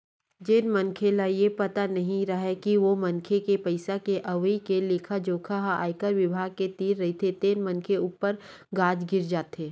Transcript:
जेन मनखे ल ये पता नइ राहय के ओ मनखे के पइसा के अवई के लेखा जोखा ह आयकर बिभाग के तीर रहिथे तेन मनखे ऊपर गाज गिर जाथे